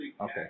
Okay